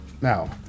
Now